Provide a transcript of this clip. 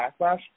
backlash